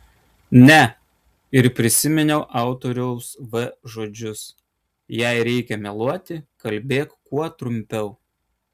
ne ir prisiminiau autoriaus v žodžius jei reikia meluoti kalbėk kuo trumpiau